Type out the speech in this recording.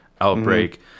outbreak